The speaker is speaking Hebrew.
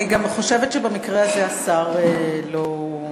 אני גם חושבת שבמקרה הזה השר לא,